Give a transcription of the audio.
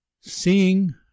Seeing